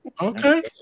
Okay